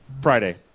Friday